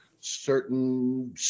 certain